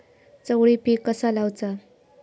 चवळी पीक कसा लावचा?